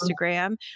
Instagram